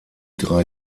drei